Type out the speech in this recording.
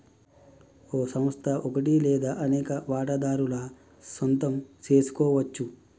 ఓ సంస్థ ఒకటి లేదా అనేక వాటాదారుల సొంతం సెసుకోవచ్చు